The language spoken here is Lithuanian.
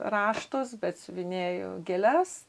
raštus bet siuvinėju gėles